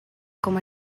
com